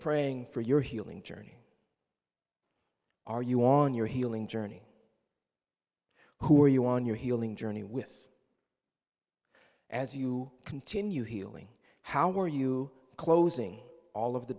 praying for your healing journey are you on your healing journey who are you on your healing journey with as you continue healing how are you closing all of the